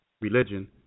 religion